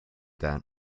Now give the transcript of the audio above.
that